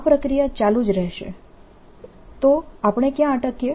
આ પ્રક્રિયા ચાલુ જ રહેશે તો આપણે ક્યાં અટકીએ